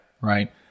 right